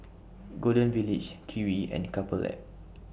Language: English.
Golden Village Kiwi and Couple Lab